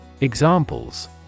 Examples